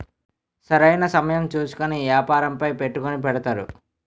సరైన సమయం చూసుకొని వ్యాపారంపై పెట్టుకుని పెడతారు